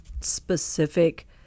specific